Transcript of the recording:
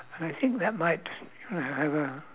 and I think that might uh have a